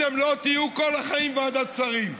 אתם לא תהיו כל החיים ועדת שרים.